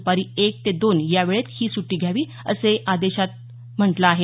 दूपारी एक ते दोन या वेळेत ही सुटी घ्यावी असं या आदेशात म्हटलं आहे